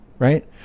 Right